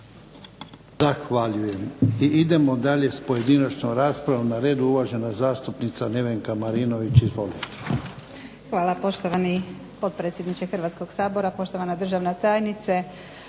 Zahvaljujem. I idemo dalje s pojedinačnom raspravom. Na redu je uvažena zastupnica Nevenka Marinović. Izvolite.